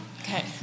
Okay